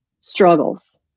struggles